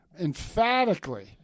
emphatically